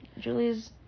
julies